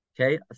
Okay